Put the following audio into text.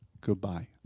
Goodbye